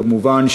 כמובן,